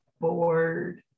board